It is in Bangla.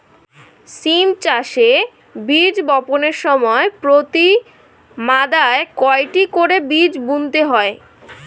সিম চাষে বীজ বপনের সময় প্রতি মাদায় কয়টি করে বীজ বুনতে হয়?